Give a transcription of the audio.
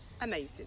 Amazing